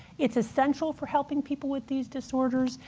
it's essential for helping people with these disorders.